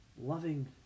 Loving